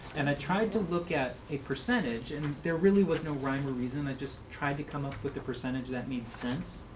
and i tried to look at a percentage. and there really was no rhyme or reason. i just tried to come up with a percentage that made sense,